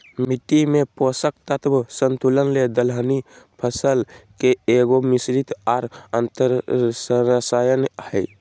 मिट्टी में पोषक तत्व संतुलन ले दलहनी फसल के एगो, मिश्रित और अन्तर्शस्ययन हइ